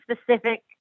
specific